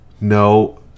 No